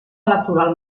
electoral